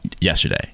yesterday